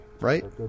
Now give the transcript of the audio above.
Right